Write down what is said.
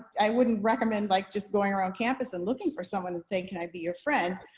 i wouldn't recommend like just going around campus and looking for someone and saying, can i be your friend?